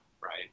right